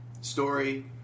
story